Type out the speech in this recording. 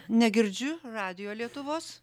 negirdžiu radijo lietuvos